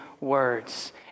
words